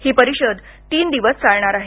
ही परिषद तीन दिवस चालणार आहे